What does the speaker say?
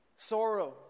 Sorrow